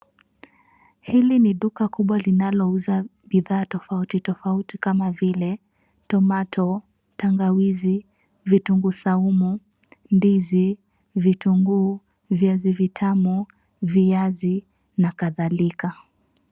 Hili ni duka kubwa linalouza bidhaa tofauti tofauti kama vile tomato , tangawizi, vitunguu saumu, ndizi, vitunguu, viazi vitamu, viazi na kadhalika.